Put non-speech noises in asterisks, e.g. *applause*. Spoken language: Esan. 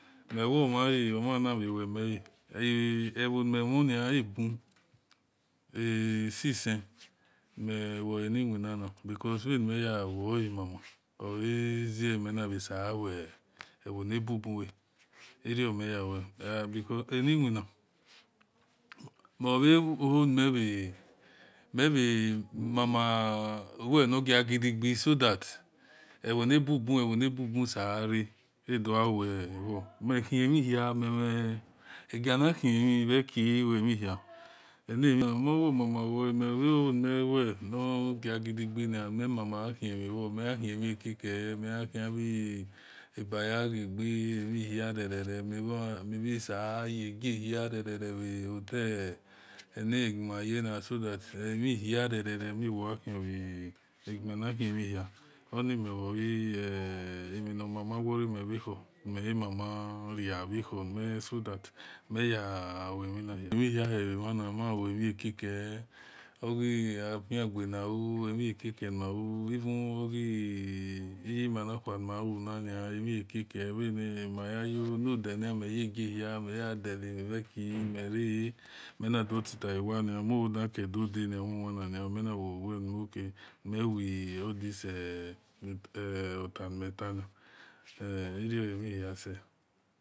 Mewomaya ominava wemeya *hesitation* ehonimerona abu asisa me woaniwena because abi meya woamama oaze menaseawe vonabubua iriameya we *hesitation* aniwena mevona nmea *hesitation* mama wenagagir dive so that avonibu bu evoni bu bu sera abduawevo mehimeha memigani hemivoeki hemina amena obao mamawe evo humewe nogi gedigina memama ahimero meahimikake miahiabayavaga amehirerere miveseya gehirerere o ta anigemayana so that erhimiwoa bi kon rere miwoahiagemena haruha *hesitation* animevoiame namaria vowromi ku ma imamaria so that meya *hesitation* womi hinerna omaowemi kake ohiafugenau amekakenahu ivaoge iyema nowea meaunana amikake *hesitation* mayamigho lodana meyagehi mayedalemi voki meva meramenadu titavwa moodike dodam win winna menawoameta *hesitation* mewealdi otanimetana eroamiyase.